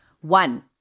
One